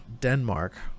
Denmark